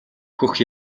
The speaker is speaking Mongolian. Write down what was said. хөх